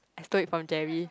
I stole it from Jerry